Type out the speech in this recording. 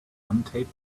untaped